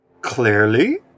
Clearly